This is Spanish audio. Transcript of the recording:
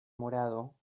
morado